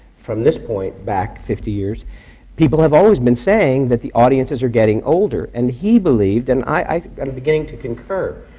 from this point back fifty years people have always been saying that the audiences are getting older. and he believed, and i'm kind of beginning to concur,